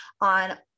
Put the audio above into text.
on